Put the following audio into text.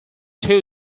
two